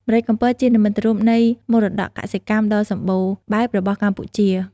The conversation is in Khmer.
ម្រេចកំពតជានិមិត្តរូបនៃមរតកកសិកម្មដ៏សម្បូរបែបរបស់កម្ពុជា។